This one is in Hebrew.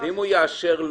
למה באה הבעיה הזאת לעולם?